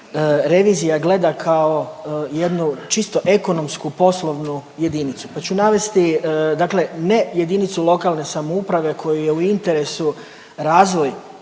revizija gleda kao jednu čisto ekonomsku poslovnu jedinicu. Pa ću navesti dakle, ne jedinicu lokalne samouprave kojoj je u interesu razvoj